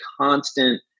constant